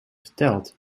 verteld